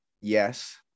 yes